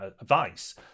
advice